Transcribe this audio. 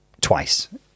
twice